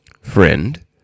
Friend